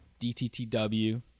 DTTW